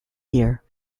year